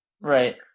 right